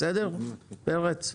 פרץ,